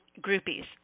groupies